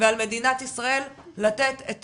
ועל מדינת ישראל לתת את